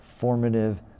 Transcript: formative